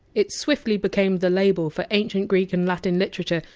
it swiftly became the label for ancient greek and latin literature,